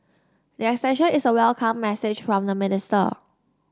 the extension is a welcome message from the minister